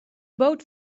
boot